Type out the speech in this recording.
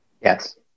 yes